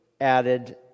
added